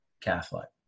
Catholic